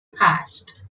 passed